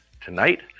tonight